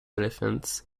elephants